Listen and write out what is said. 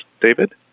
David